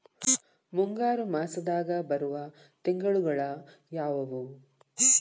ಮುಂಗಾರು ಮಾಸದಾಗ ಬರುವ ತಿಂಗಳುಗಳ ಯಾವವು?